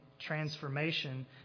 transformation